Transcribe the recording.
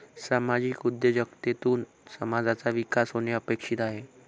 सामाजिक उद्योजकतेतून समाजाचा विकास होणे अपेक्षित आहे